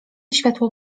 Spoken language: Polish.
światło